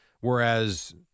whereas